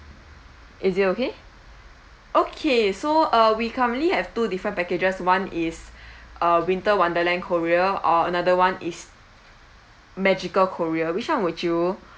is it okay okay so uh we currently have two different packages one is uh winter wonderland korea or another one is magical korea which one would you